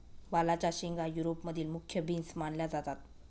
वालाच्या शेंगा युरोप मधील मुख्य बीन्स मानल्या जातात